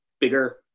bigger